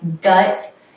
gut